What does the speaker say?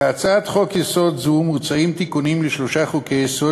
בהצעת חוק-יסוד זו מוצעים תיקונים לשלושה חוקי-יסוד